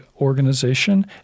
organization